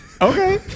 Okay